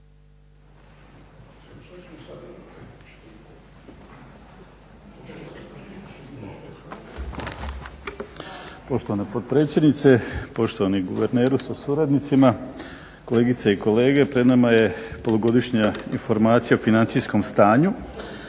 Poštovana potpredsjednice, poštovani guverneru sa suradnicima, kolegice i kolege. Pred nama je polugodišnja informacija o financijskom stanju,